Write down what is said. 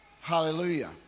Hallelujah